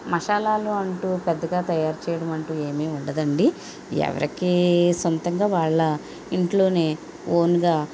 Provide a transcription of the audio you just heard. మసాలాలు అంటూ పెద్దగా తయారు చేయడమంటూ ఏమి ఉండదండి ఎవరికీ సొంతంగా వాళ్ళ ఇంట్లోనే ఓన్గా